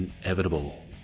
inevitable